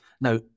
Now